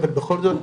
אבל בכל זאת,